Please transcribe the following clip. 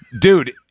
dude